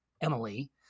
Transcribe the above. Emily